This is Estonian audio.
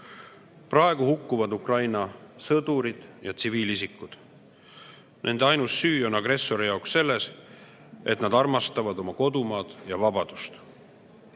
Praegu hukkuvad Ukraina sõdurid ja tsiviilisikud. Nende ainus süü on agressori jaoks selles, et nad armastavad oma kodumaad ja vabadust.